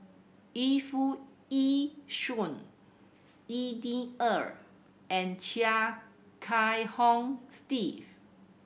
Yu Foo Yee Shoon Xi Ni Er and Chia Kiah Hong Steve